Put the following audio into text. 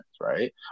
right